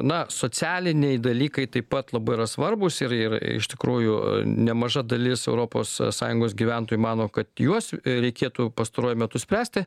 na socialiniai dalykai taip pat labai yra svarbūs ir ir iš tikrųjų nemaža dalis europos sąjungos gyventojų mano kad juos reikėtų pastaruoju metu spręsti